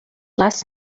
last